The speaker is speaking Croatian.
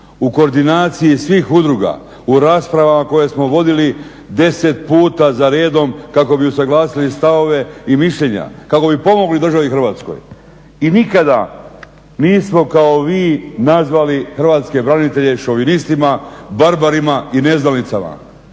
u koordinaciji svih udruga, u raspravama koje smo vodili 10 puta za redom kako bi usuglasili stavove i mišljenja, kako bi pomogli državi Hrvatskoj. I nikada nismo kao vi nazvali hrvatske branitelje šovinistima, barbarima i neznalicama.